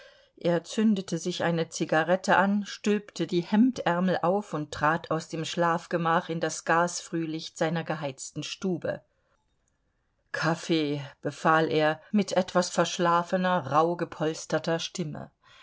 er zündete sich eine zigarette an stülpte die hemdärmel auf und trat aus dem schlafgemach in das gasfrühlicht seiner geheizten stube kaffee befahl er mit etwas verschlafener rauh gepolsterter stimme